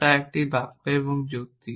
তা একটি বাক্য এবং যুক্তি